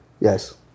Yes